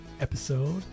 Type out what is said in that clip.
episode